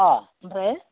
अ ओमफ्राय